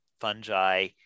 fungi